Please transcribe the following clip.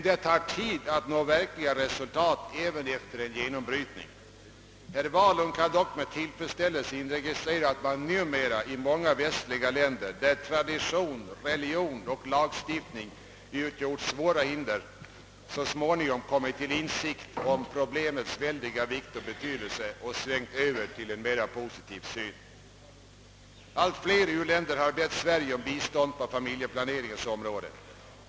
Det tar tid att nå verkliga resultat även efter en genombrytning. Herr Wahlund kan dock med tillfredsställelse inregistrera att man numera i många länder i västvärlden, där tradition, religion och lagstiftning utgjort svåra hinder, så småningom kommit till insikt om problemets stora vikt och betydelse och svängt över till en mera positiv syn. Allt flera u-länder har bett Sverige om bistånd på familjeplaneringens område.